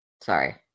sorry